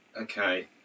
Okay